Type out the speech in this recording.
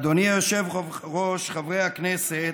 אדוני היושב-ראש, חברי הכנסת,